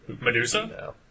Medusa